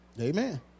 Amen